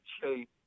shape